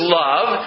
love